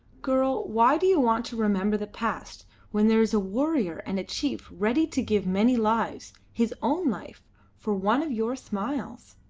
girl, why do you want to remember the past when there is a warrior and a chief ready to give many lives his own life for one of your smiles?